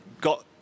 got